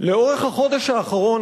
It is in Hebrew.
לאורך החודש האחרון,